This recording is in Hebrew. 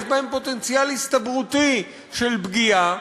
יש בהם פוטנציאל הסתברותי של פגיעה,